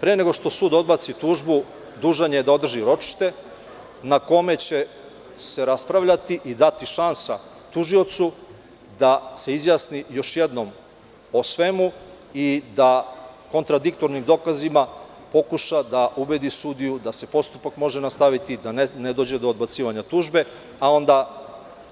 Pre nego što sud odbaci tužbu, dužan je da održi ročište na kome će se raspravljati i dati šansa tužiocu da se izjasni još jednom o svemu i da kontradiktornim dokazima pokuša da ubedi sudiju da se postupak može nastaviti, da ne dođe do odbacivanja tužbe, a onda